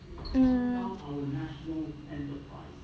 mm